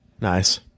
Nice